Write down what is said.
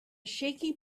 shaky